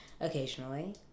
occasionally